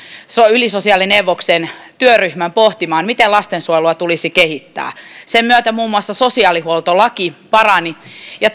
ylisosiaalineuvoksen työryhmän pohtimaan miten lastensuojelua tulisi kehittää sen myötä muun muassa sosiaalihuoltolaki parani ja